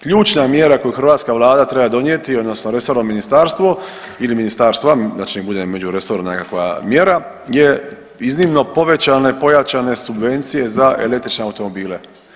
Ključna mjera koju hrvatska vlada treba donijeti odnosno resorno ministarstvo ili ministarstva znači nek bude međuresorna nekakva mjera je iznimno povećane pojačane subvencije za električne automobile.